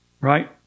Right